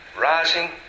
rising